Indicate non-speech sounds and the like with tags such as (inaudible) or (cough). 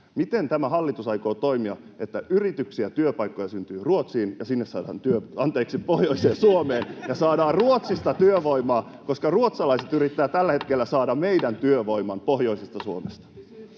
Miten tämä hallitus aikoo toimia, että yrityksiä, työpaikkoja syntyy Ruotsiin ja sinne saadaan työ... — anteeksi, pohjoiseen Suomeen (laughs) ja saadaan Ruotsista työvoimaa, (noise) koska ruotsalaiset yrittävät tällä hetkellä saada (noise) meidän työvoiman pohjoisesta Suomesta?